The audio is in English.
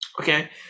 Okay